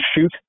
shoot